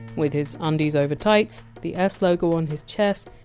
with his undies-over-tights, the s logo on his chest,